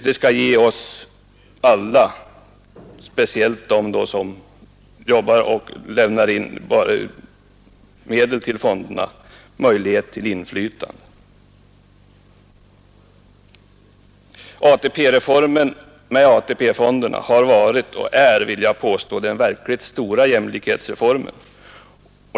Det skall ge oss, speciellt dem som jobbar och lämnar in medel till fonderna, möjlighet till inflytande. ATP-reformen med AP-fonderna har varit och är vill jag påstå den verkligt stora jämlikhetsreformen.